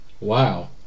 Wow